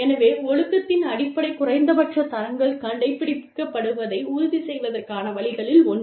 எனவே ஒழுக்கத்தின் அடிப்படை குறைந்தபட்ச தரங்கள் கடைப்பிடிக்கப்படுவதை உறுதி செய்வதற்கான வழிகளில் ஒன்று